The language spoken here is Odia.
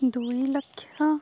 ଦୁଇ ଲକ୍ଷ